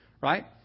right